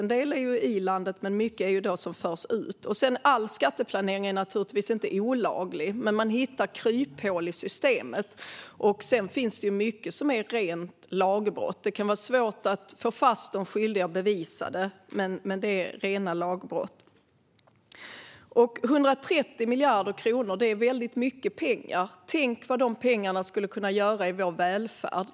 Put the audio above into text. En del sker i landet, men det är mycket som förs ut. All skatteplanering är naturligtvis inte olaglig, men man hittar kryphål i systemet. Sedan finns det mycket som är rena lagbrott. Det kan dock vara svårt att få fast de skyldiga och bevisa brotten. 130 miljarder kronor är väldigt mycket pengar. Tänk vad de pengarna skulle kunna göra i vår välfärd!